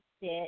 sit